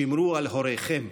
שמרו על הוריכם.